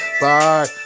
Bye